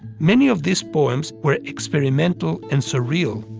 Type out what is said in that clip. many of these poems were experimental and surreal,